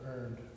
earned